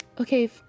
Okay